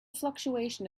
fluctuation